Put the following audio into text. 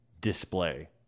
display